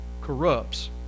corrupts